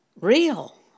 real